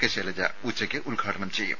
K Shailaja ഉച്ചയ്ക്ക് ഉദ്ഘാടനം ചെയ്യും